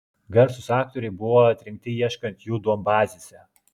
garsūs aktoriai buvo atrinkti ieškant jų duombazėse